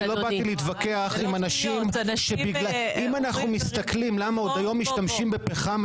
אם אנחנו מסתכלים למה עוד היום מסתכלים למה משתמשים בפחם,